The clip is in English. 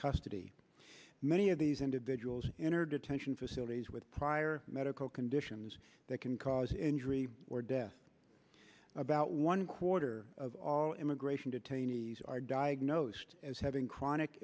custody many of these individuals entered detention facilities with prior medical conditions that can cause injury or death about one quarter of all immigration detainees are diagnosed as having chronic